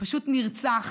פשוט נרצח